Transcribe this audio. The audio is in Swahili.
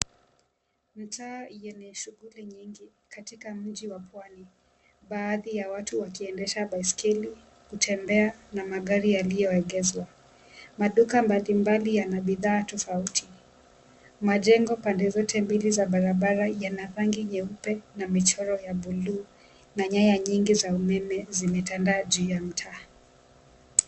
Mtaa yenye shughuli nyingi katika mji wa pwani. Baadhi ya watu wakiendesha baisikeli, kutembea na magari yaliyoegezwa. Maduka mbalimbali yana bidhaa tofauti. Majengo pande zote mbili za barabara yana rangi nyeupe na michoro ya buluu na nyaya nyingi za umeme zimetanda juu ya mtaa.